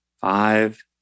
five